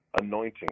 anointing